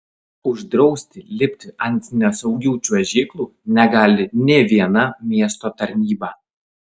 uždrausti lipti ant nesaugių čiuožyklų negali nė viena miesto tarnyba